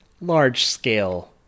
large-scale